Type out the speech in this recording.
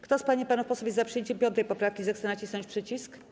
Kto z pań i panów posłów jest za przyjęciem 5. poprawki, zechce nacisnąć przycisk.